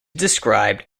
described